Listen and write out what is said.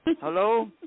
Hello